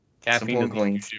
Caffeine